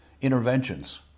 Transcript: interventions